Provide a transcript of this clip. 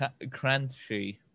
Crunchy